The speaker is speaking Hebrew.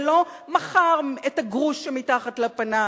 ולא מחר את הגרוש שמתחת לפנס.